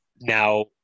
Now